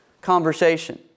conversation